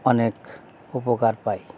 অনেক উপকার পাই